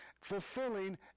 fulfilling